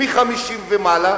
מ-50 ומעלה.